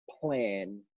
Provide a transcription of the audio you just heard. plan